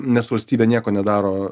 nes valstybė nieko nedaro